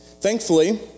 Thankfully